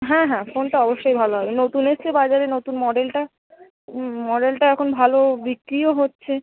হ্যাঁ হ্যাঁ ফোনটা অবশ্যই ভালো হবে নতুন এসছে বাজারে নতুন মডেলটা মডেলটা এখন ভালো বিক্রিও হচ্ছে